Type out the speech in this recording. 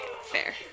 Fair